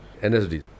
NSD